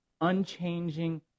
unchanging